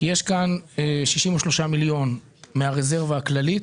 יש כאן 63 מיליון שקל מן הרזרבה הכללית,